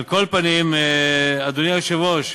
על כל פנים, אדוני היושב-ראש,